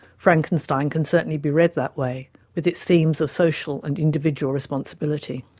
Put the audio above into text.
frankenstein can certainly be read that way with its themes of social and individual responsibility.